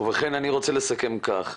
אני רוצה לסכם כך.